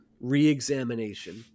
re-examination